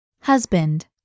Husband